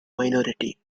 minority